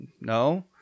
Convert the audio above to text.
no